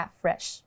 fresh